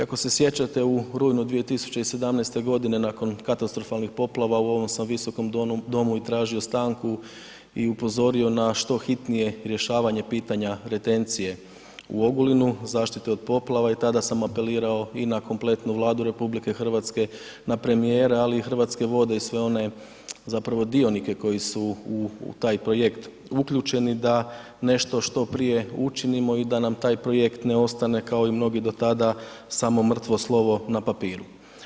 Ako se sjećate u rujnu 2017. g. nakon katastrofalnih poplava, u ovom sam Visokom domu i tražio stanku i upozorio na što hitnije rješavanje pitanja retencije u Ogulinu, zaštite od poplava i tada sam apelirao i na kompletnu Vladu RH, na premijera ali i Hrvatske vode i sve one zapravo dionike koji su u taj projekt uključeni, da nešto što prije učinimo i da nam taj projekt ne ostane kao i mnogi do tada, samo mrtvo slovo na papiru.